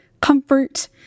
comfort